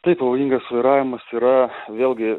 taip pavojingas vairavimas yra vėlgi